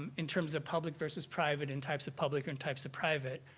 um in terms of public versus private and types of public and types of private,